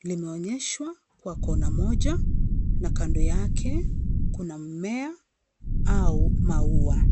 limeonyeshwa kwa corner moja na kando yake kuna mmea au maua.